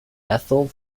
ethel